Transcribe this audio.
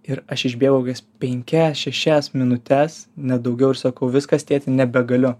ir aš išbėgau kokias penkias šešias minutes nedaugiau ir sakau viskas tėti nebegaliu